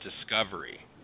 discovery